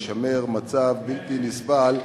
לשמר מצב בלתי נסבל,